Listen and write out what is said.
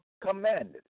commanded